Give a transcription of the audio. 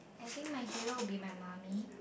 I think my hero will be my mummy